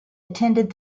attended